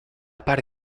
par